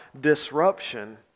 disruption